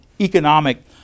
economic